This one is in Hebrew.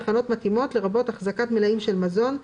"הכנות מתאימות" לרבות החזקת מלאים של מזון,